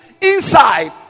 inside